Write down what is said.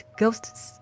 ghosts